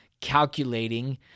Calculating